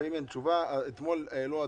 ואם אין תשובה אתמול עלו הדברים,